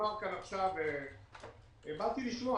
ובאתי לשמוע.